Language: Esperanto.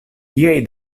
tiaj